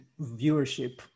viewership